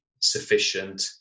sufficient